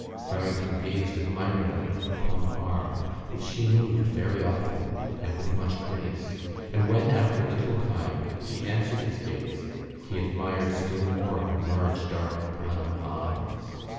farrington gazed admiringly at the plump arm which she moved very often and with much grace and when, after a little time, she answered his gaze he admired still more her large dark brown eyes.